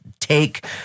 take